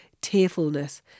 tearfulness